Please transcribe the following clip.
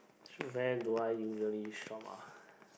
where do I usually shop ah